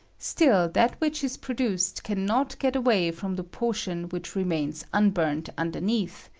still that which is produced can not get away from the portion which remains un bumed underneath,